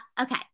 Okay